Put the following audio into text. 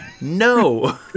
No